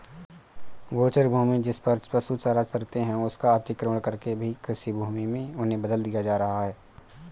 गोचर भूमि, जिसपर पशु चारा चरते हैं, उसका अतिक्रमण करके भी कृषिभूमि में उन्हें बदल दिया जा रहा है